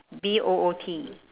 B O O T